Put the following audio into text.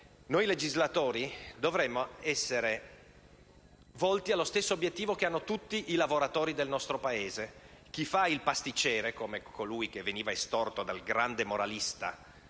decreto-legge), dovremmo essere volti allo stesso obiettivo che hanno tutti i lavoratori del nostro Paese. Chi fa il pasticcere, come colui che veniva estorto dal grande moralista